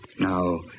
Now